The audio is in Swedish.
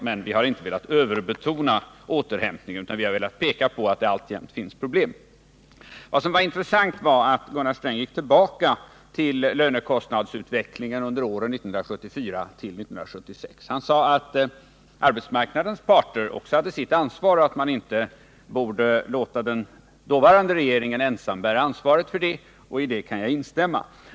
Men vi har inte velat överbetona återhämtningen, utan vi har velat peka på att det alltjämt finns problem. Det var intressant att Gunnar Sträng gick tillbaka till lönekostnadsutvecklingen under åren 1974-1976. Han sade att arbetsmarknadens parter också hade sitt ansvar och att man inte borde låta den dåvarande regeringen ensam bära ansvaret, och i det kan jag instämma.